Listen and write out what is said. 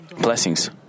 blessings